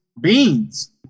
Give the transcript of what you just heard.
beans